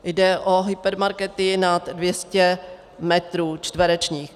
Jde o hypermarkety nad 200 metrů čtverečních.